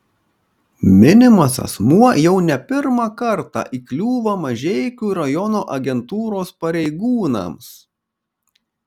minimas asmuo jau ne pirmą kartą įkliūva mažeikių rajono agentūros pareigūnams